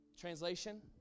Translation